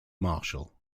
marshal